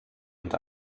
und